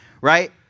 Right